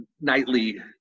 nightly